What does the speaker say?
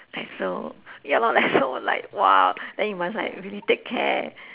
like so ya lor like so like !wow! then you must like really take care